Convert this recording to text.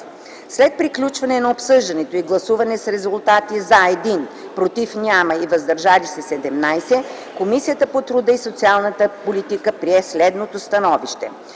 След приключване на обсъждането и гласуване с резултати: „за” – 1 глас, „против” – няма и „въздържали се” - 17, Комисията по труда и социалната политика прие следното становище: